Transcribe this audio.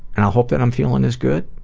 and i'll hope that i'm feeling as good,